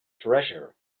treasure